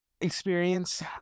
Experience